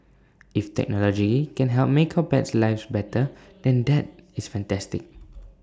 if technology can help make our pets lives better than that is fantastic